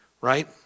Right